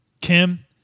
Kim